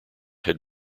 had